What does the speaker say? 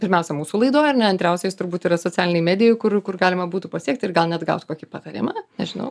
pirmiausia mūsų laidoj ar ne antriausia jis turbūt yra socialinėj medijoj kur kur galima būtų pasiekt ir gal net gaut kokį patarimą nežinau